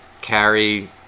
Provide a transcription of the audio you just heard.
carry